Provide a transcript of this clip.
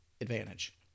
advantage